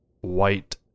white